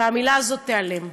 והמילה הזאת תיעלם.